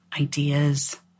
ideas